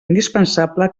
indispensable